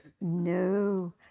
No